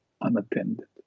unattended